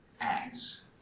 Acts